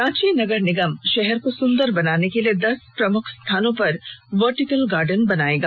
रांची नगर निगम शहर को सुंदर बनाने के लिए दस प्रमुख स्थानों पर वर्टिकल गार्डन बनाएगा